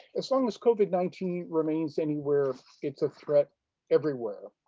as long as covid nineteen remains anywhere, it's a threat everywhere,